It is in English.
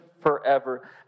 forever